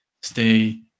stay